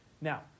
Now